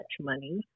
money